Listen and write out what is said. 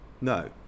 No